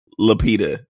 Lapita